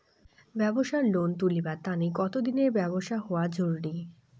ব্যাবসার লোন তুলিবার তানে কতদিনের ব্যবসা হওয়া জরুরি?